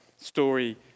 story